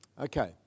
Okay